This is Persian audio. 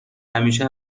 همیشه